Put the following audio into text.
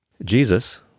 Jesus